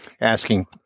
asking